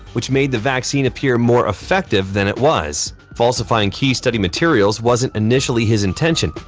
which made the vaccine appear more effective than it was. falsifying key study materials wasn't initially his intention,